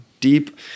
deep